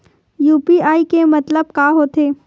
UPI के मतलब का होथे?